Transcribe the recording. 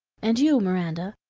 and you, miranda.